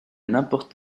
n’importe